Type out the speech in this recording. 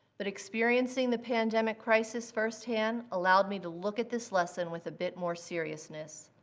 but experiencing the pandemic crisis firsthand allowed me to look at this lesson with a bit more seriousness.